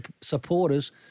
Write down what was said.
supporters